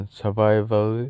survival